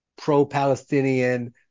pro-Palestinian